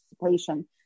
participation